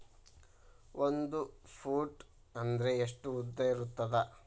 ಒಂದು ಫೂಟ್ ಅಂದ್ರೆ ಎಷ್ಟು ಉದ್ದ ಇರುತ್ತದ?